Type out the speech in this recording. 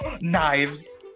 Knives